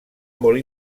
molt